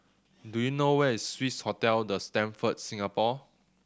do you know where is Swissotel The Stamford Singapore